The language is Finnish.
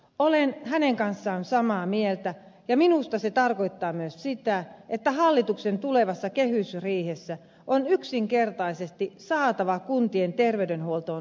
olen hänen kanssaan samaa mieltä ja minusta se tarkoittaa myös sitä että hallituksen tulevassa kehysriihessä on yksinkertaisesti saatava kuntien terveydenhuoltoon lisää rahaa